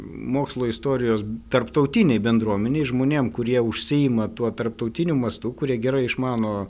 mokslo istorijos tarptautinei bendruomenei žmonėm kurie užsiima tuo tarptautiniu mastu kurie gerai išmano